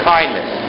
Kindness